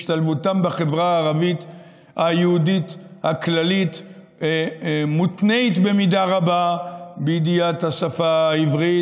השתלבותם בחברה היהודית הכללית מותנית במידה רבה בידיעת השפה העברית.